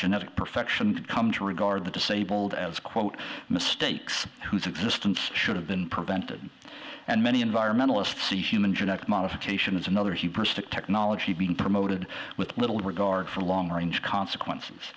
genetic perfection come to regard the disabled as quote mistakes whose existence should have been prevented and many environmentalists say human genetic modification is another hubris to technology being promoted with little regard for long range consequences